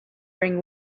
bring